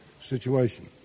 situation